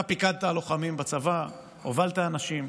אתה פיקדת על לוחמים בצבא, הובלת אנשים,